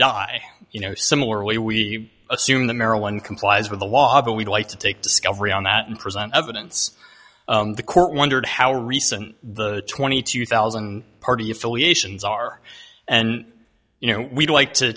die you know similarly we assume that maryland complies with the law that we'd like to take discovery on that and present evidence the court wondered how recent the twenty two thousand party affiliations are and you know we'd like to